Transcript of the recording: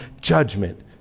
judgment